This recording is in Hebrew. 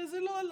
שזה לא עלה,